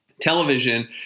Television